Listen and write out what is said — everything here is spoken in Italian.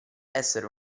essere